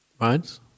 right